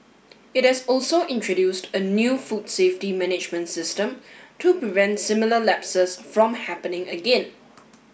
it has also introduced a new food safety management system to prevent similar lapses from happening again